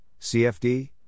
CFD